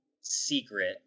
secret